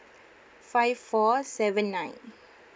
five four seven nine